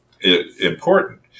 important